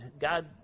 God